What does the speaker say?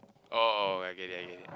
oh I get it I get it